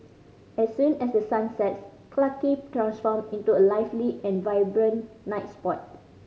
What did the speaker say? as soon as the sun sets Clarke Quay transform into a lively and vibrant night spot